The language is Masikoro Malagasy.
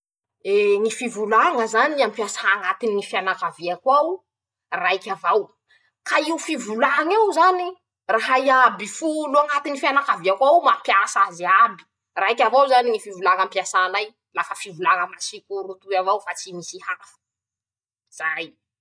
<...>Ee ñy fivolaña zany ampiasa añatiny ñy fianakaviako ao raiky avao, ka io fivolañ'eo zany, rahay iaby folo añatiny fianakaviako aoo mampiasa azy aby, raiky avao zany ñy fivolaña ampiasanay, lafa fivolaña Masikoro toy avao fa tsy misy hafa, zayy.